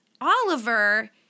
Oliver